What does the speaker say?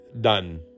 Done